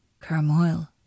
Carmoil